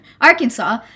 Arkansas